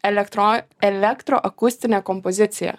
elektro elektro akustinė kompozicija